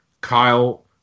Kyle